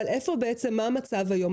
אבל מה המצב היום?